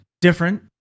Different